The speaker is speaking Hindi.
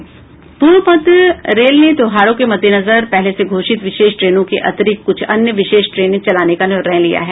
पूर्व मध्य रेल ने त्यौहारों के मद्देनजर पहले से घोषित विशेष ट्रेनों के अतिरिक्त कुछ अन्य विशेष ट्रेनें चलाने का निर्णय लिया है